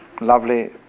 lovely